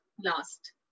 last